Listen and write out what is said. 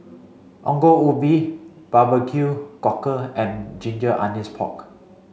Ongol Ubi Barbecue cockle and ginger onions pork